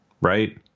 Right